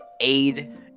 aid